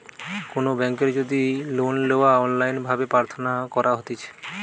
কোনো বেংকের যদি লোন লেওয়া অনলাইন ভাবে প্রার্থনা করা হতিছে